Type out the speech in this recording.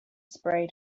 sprayed